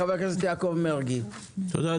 חבר הכנסת יעקב מרגי, בבקשה.